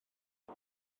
oes